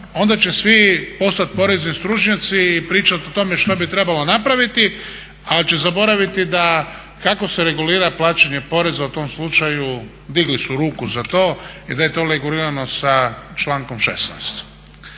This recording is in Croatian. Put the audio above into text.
onda će svi postati porezni stručnjaci i pričati o tome što bi trebalo napraviti, ali će zaboraviti kako se regulira plaćanje poreza u tom slučaju, digli su ruku za to, i da je to regulirano sa člankom 16.